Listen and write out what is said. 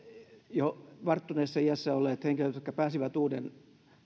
jo varttuneessa iässä olleet henkilöt jotka pääsivät uuden